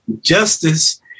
justice